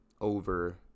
over